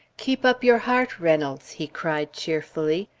keep up your heart, reynolds! he cried cheer fully.